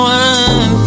one